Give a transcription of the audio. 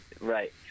Right